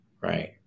right